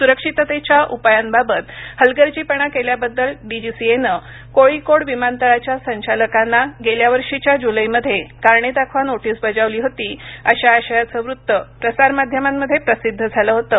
सुरक्षिततेच्या उपायांबाबत हलगर्जीपणा केल्याबद्दल डीजीसीएनं कोळिकोड विमानळाच्या संचालकांना गेल्यावर्षीच्या जुलैमध्ये कारणे दाखवा नोटीस बजावली होती अशा आशयचं वृत्त प्रसारमाध्यमांमध्ये प्रसिद्ध झालं होतं